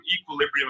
equilibrium